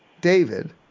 David